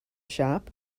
shop